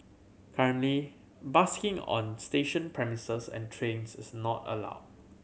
currently busking on station premises and trains is not allow